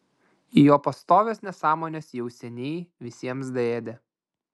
jo pastovios nesąmonės jau seniai visiems daėdė